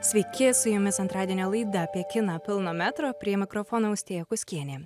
sveiki su jumis antradienio laida apie kiną pilno metro prie mikrofono austėja kuskienė